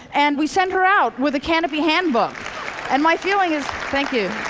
and we send her out with a canopy handbook and my feeling is thank you